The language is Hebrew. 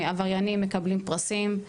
עבריינים מקבלים פרסים,